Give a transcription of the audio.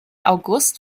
august